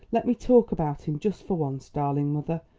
let me talk about him just for once, darling mother,